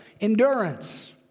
Endurance